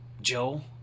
Joe